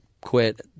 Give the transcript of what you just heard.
quit